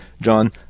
John